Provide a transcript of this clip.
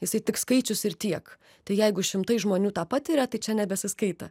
jisai tik skaičius ir tiek tai jeigu šimtai žmonių tą patiria tai čia nebesiskaita